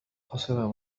خسر